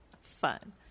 fun